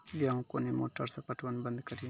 गेहूँ कोनी मोटर से पटवन बंद करिए?